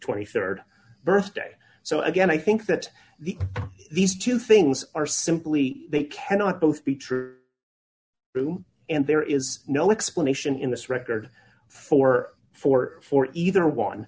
rd birthday so again i think that the these two things are simply they cannot both be true true and there is no explanation in this record for four for either one